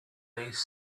these